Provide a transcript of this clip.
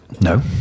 No